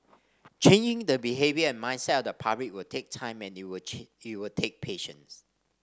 changing the behaviour and mindset the public will take time and you'll you'll take patience